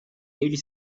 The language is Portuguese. ele